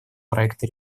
проекта